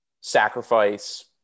sacrifice